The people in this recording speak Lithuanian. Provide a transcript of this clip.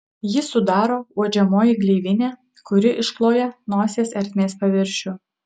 jį sudaro uodžiamoji gleivinė kuri iškloja nosies ertmės viršų